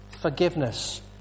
Forgiveness